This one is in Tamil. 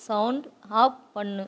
சவுண்ட் ஆஃப் பண்ணு